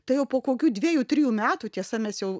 tai jau po kokių dviejų trijų metų tiesa mes jau